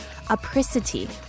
Apricity